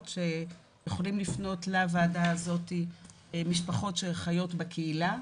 שיכולים לפנות לוועדה הזאת משפחות שחיות בקהילה,